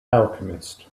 alchemist